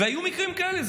היו מקרים כאלה.